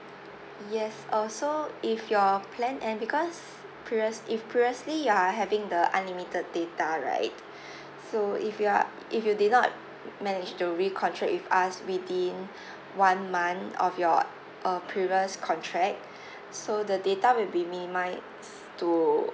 yes uh so if you're plan end because previous if previously you are having the unlimited data right so if you're if you did not manage to recontract with us within one month of your uh previous contract so the data will be may might to